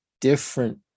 different